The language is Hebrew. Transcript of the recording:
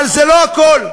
אבל זה לא הכול.